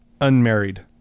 unmarried